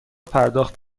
پرداخت